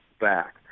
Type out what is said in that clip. back